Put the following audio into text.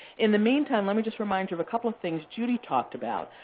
in the meantime, let me just remind you of a couple of things judy talked about.